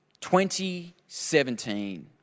2017